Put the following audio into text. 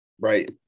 right –